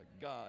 God